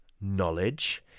knowledge